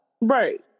Right